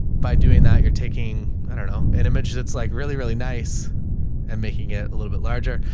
by doing that you're taking, i dunno, an image that's like really, really nice and making it a little bit larger.